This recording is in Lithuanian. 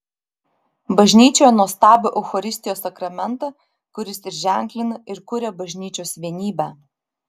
bažnyčioje nuostabų eucharistijos sakramentą kuris ir ženklina ir kuria bažnyčios vienybę